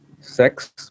sex